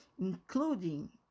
including